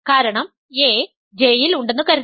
കാരണം a J ൽ ഉണ്ടെന്ന് കരുതുക